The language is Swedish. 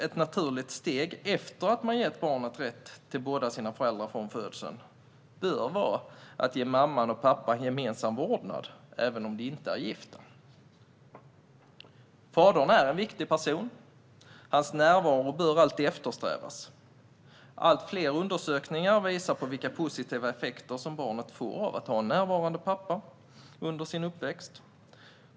Ett naturligt nästa steg efter att man gett barnet rätten till båda sina föräldrar från födseln bör vara att ge mamman och pappan gemensam vårdnad även om de inte är gifta. Fadern är en viktig person, och hans närvaro bör alltid eftersträvas. Allt fler undersökningar visar på vilka positiva effekter som barnet får av att ha en närvarande pappa under sin uppväxt.